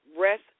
Rest